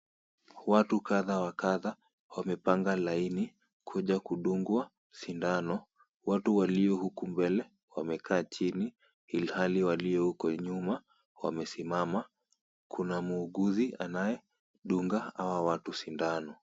Watu kadhaa wa kadhaa wamepanga laini kuja kudungwa sindano. Watu walio huku mbele wamekaa chini ilhali walio huko nyuma wamesimama. Kuna muuguzi anayedunga hawa watu sindano.